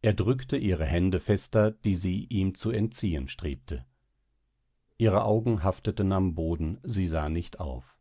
er drückte ihre hände fester die sie ihm zu entziehen strebte ihre augen hafteten am boden sie sah nicht auf